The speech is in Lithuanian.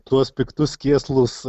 tuos piktus kėslus